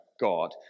God